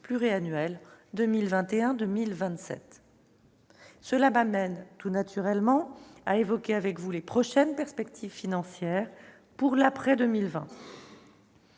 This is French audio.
pluriannuel 2021-2027. Cela m'amène tout naturellement à évoquer les perspectives financières pour l'après 2020.